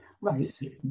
Right